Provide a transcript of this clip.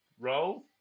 Roll